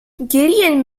gideon